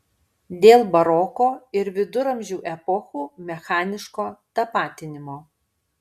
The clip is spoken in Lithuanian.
dėl baroko ir viduramžių epochų mechaniško tapatinimo